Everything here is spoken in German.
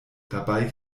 dabei